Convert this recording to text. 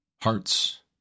hearts